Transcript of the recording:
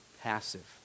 passive